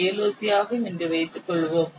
5 KLOC ஆகும் என்று வைத்துக்கொள்வோம்